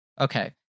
Okay